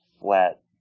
flat